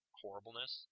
horribleness